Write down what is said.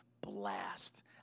blast